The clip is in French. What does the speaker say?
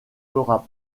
fera